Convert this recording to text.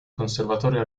conservatorio